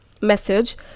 message